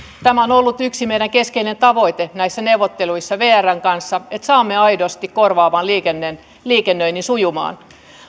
tämä on ollut yksi meidän keskeinen tavoitteemme näissä neuvotteluissa vrn kanssa että saamme aidosti korvaavan liikennöinnin sujumaan